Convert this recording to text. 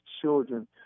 children